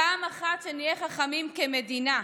פעם אחת שנהיה חכמים כמדינה,